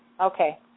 Okay